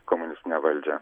komunistinę valdžią